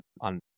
on